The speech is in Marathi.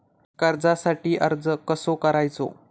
कर्जासाठी अर्ज कसो करायचो?